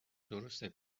درسته